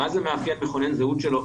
מה זה מאפיין מכונן זהות שלו?